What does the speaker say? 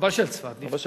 רבה של צפת נפטר.